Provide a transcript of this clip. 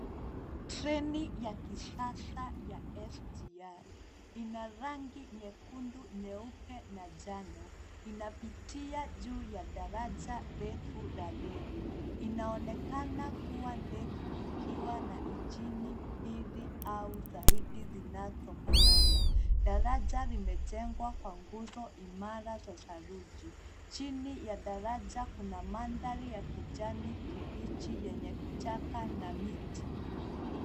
Treni ya kisasa ya SGR ina rangi nyekundu, nyeupe na njano. Inapitia juu ya daraja refu la reli. Inaonekana kuwa ndefu ikiwa na ingini mbili au zaidi zinazofanana. Daraja limejengwa kwa nguzo imara za saruji. Chini ya daraja kuna mandhari ya kijani kibichi yenye vichaka na miti.